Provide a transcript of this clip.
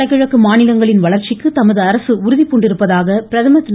வடகிழக்கு மாநிலங்களின் வளர்ச்சிக்கு தமது அரசு உறுதிபூண்டிருப்பதாக பிரதமர் திரு